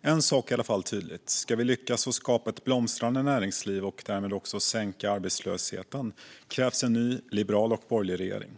En sak är i alla fall tydlig. Ska vi lyckas skapa ett blomstrande näringsliv och därmed också sänka arbetslösheten krävs en ny liberal och borgerlig regering.